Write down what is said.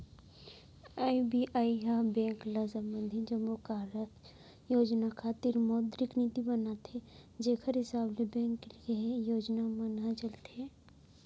RBI ह bank ल संबंधित जम्मो कारज योजना खातिर मौद्रिक नीति बनाथे जेखर हिसाब ले बेंक के योजना मन ह चलथे